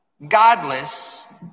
godless